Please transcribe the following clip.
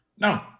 No